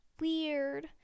Weird